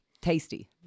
tasty